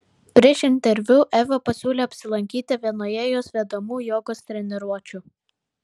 prieš interviu eva pasiūlė apsilankyti vienoje jos vedamų jogos treniruočių